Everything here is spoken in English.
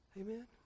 Amen